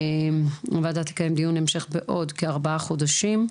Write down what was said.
הוועדה תקיים דיון המשך בעוד כארבעה חודשים,